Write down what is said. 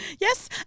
Yes